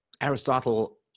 Aristotle